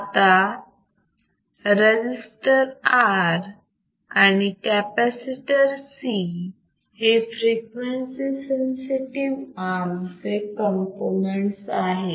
आता resistor R आणि capacitor C हे फ्रिक्वेन्सी सेन्सिटिव्ह आर्म चे कंपोनेंट्स आहेत